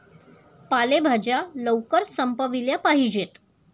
पालेभाज्या लवकर संपविल्या पाहिजेत